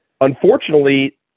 unfortunately